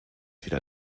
wieder